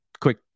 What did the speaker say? quick